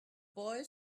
boy